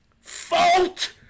fault